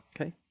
Okay